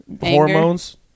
Hormones